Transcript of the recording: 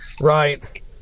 right